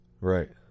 Right